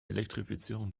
elektrifizierung